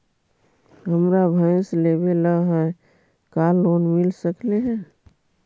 हमरा भैस लेबे ल है का लोन मिल सकले हे?